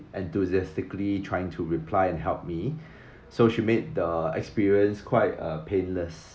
enthusiastically trying to reply and help me so she made the experience quite uh painless